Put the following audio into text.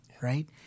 right